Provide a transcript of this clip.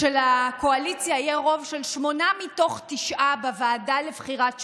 שלקואליציה יהיה רוב של שמונה מתוך תשעה בוועדה לבחירת שופטים.